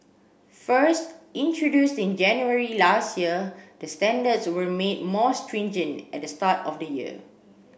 first introduced in January last year the standards were made more stringent at the start of the year